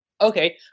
Okay